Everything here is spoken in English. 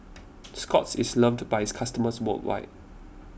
Scott's is loved by its customers worldwide